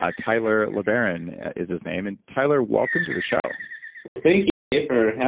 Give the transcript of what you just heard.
ah tyler lebaron is his name and, tyler, welcome to the show well, thank you, dave,